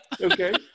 Okay